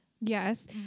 Yes